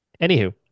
Anywho